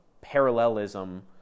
parallelism